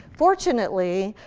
fortunately,